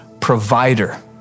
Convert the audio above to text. provider